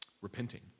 repenting